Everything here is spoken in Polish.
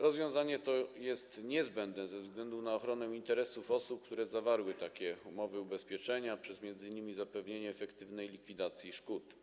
Rozwiązanie to jest niezbędne ze względu na ochronę interesów osób, które zawarły takie umowy ubezpieczenia, m.in. przez zapewnienie efektywnej likwidacji szkód.